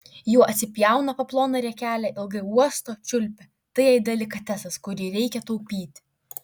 jų atsipjauna po ploną riekelę ilgai uosto čiulpia tai jai delikatesas kurį reikia taupyti